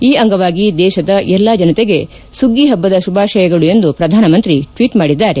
ಈ ಅಂಗವಾಗಿ ದೇಶದ ಎಲ್ಲಾ ಜನತೆಗೆ ಸುಗ್ಗಿ ಹಬ್ಬದ ಶುಭಾಶಯಗಳು ಎಂದು ಪ್ರಧಾನಮಂತ್ರಿ ತಿಳಿಸಿದ್ದಾರೆ